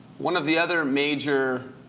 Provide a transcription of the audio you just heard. one of the other major